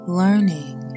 learning